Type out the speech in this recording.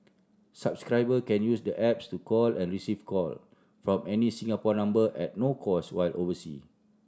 subscriber can use the apps to call and receive call from any Singapore number at no cost while oversea